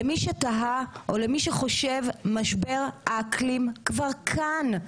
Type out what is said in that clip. למי שתהה או למי שחושב משבר האקלים כבר כאן,